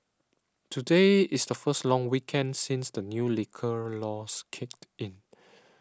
today is the first long weekend since the new liquor laws kicked in